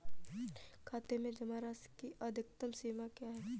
खाते में जमा राशि की अधिकतम सीमा क्या है?